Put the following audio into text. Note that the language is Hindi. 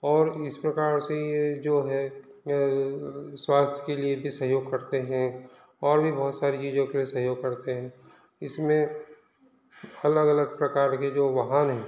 और इस प्रकार से ये जो है स्वास्थ्य के लिए भी सहयोग करते हैं और भी बहुत सारी चीज़ों के लिए सहयोग करते हैं इसमें अलग अलग प्रकार के जो वाहन हैं